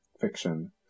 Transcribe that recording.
fiction